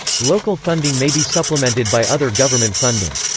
local funding may be supplemented by other government funding.